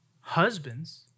Husbands